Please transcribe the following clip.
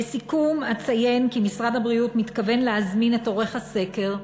לסיכום אציין כי משרד הבריאות מתכוון להזמין את עורך הסקר.